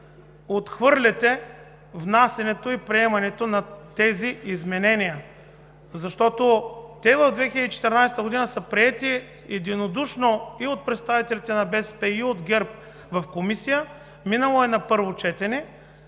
отхвърляте внасянето и приемането на тези изменения? Защото те през 2014 г. са приети единодушно и от представителите на БСП, и от ГЕРБ в Комисия, минали са на първо четене.